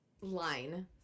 line